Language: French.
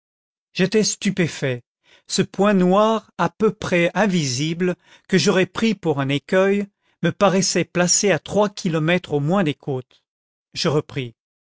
j'étais stupéfait ce point noir à peu près invisible que j'aurais pris pour un écueil me paraissait placé à trois kilomètres au moins des côtes je repris